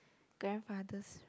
grandfathers